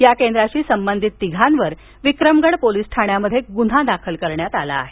या केंद्राशी संबधित तिघांवर विक्रमगड पोलीस ठाण्यात गुन्हा दाखल करण्यात आला आहे